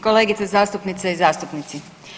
Kolegice zastupnice i zastupnici.